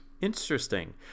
Interesting